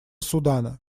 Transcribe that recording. судана